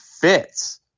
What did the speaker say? fits